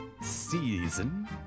season